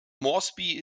moresby